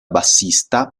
bassista